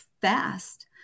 fast